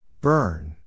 Burn